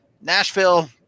Nashville